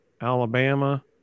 Alabama